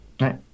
Right